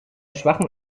schwachem